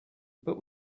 but